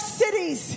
cities